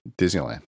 Disneyland